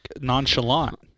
nonchalant